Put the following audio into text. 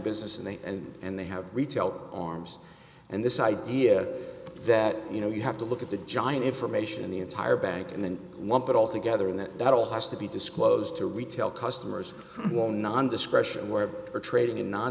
business and they and and they have retail arms and this idea that you know you have to look at the giant information in the entire bank and then lump it all together and that all has to be disclosed to retail customers will nondiscretionary or trading in non